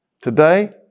Today